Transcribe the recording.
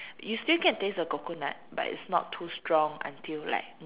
you still can taste the coconut but it's not too strong until like